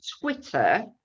Twitter